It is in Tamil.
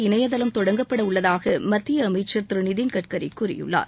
இணையதளம் தொடங்கப்பட உள்ளதாக மத்திய அமைச்சர் திரு நிதின் கட்கரி கூறியுள்ளார்